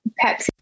Pepsi